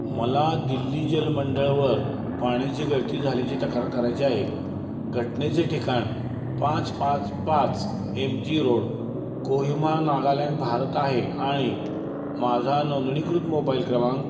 मला दिल्ली जलमंडळवर पाण्याची गळती झाल्याची तक्रार करायची आहे घटनेचे ठिकाण पाच पाच पाच M G road Kohima Nagaland Bharat आहे आणि माझा नोंदणीकृत मोबाइल क्रमांक